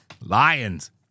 Lions